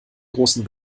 großen